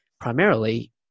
primarily